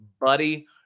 buddy